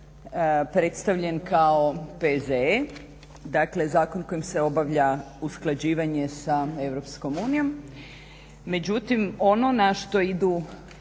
predstavljen kao P.Z.E dakle zakon kojim se obavlja usklađivanje sa Europskom unijom. Međutim, ono na što idu